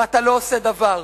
ואתה לא עושה דבר.